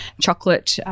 chocolate